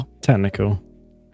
Technical